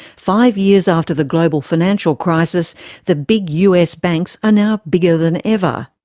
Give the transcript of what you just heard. five years after the global financial crisis the big us banks are now bigger than ever.